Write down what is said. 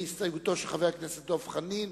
היא הסתייגותו של חבר הכנסת דב חנין,